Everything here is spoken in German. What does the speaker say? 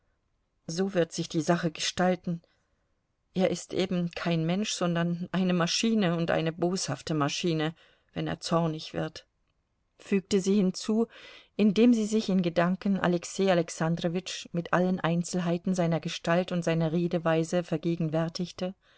so wird sich die sache gestalten er ist eben kein mensch sondern eine maschine und eine boshafte maschine wenn er zornig wird fügte sie hinzu indem sie sich in gedanken alexei alexandrowitsch mit allen einzelheiten seiner gestalt und seiner redeweise vergegenwärtigte